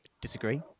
disagree